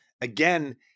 Again